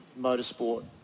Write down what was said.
motorsport